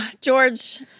George